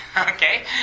Okay